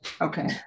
Okay